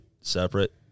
separate